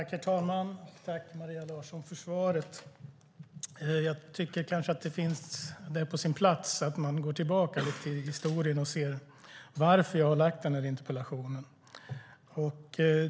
Herr talman! Jag tackar Maria Larsson för svaret. Det är kanske på sin plats att jag går tillbaka lite i historien och förklarar varför jag ställt denna interpellation.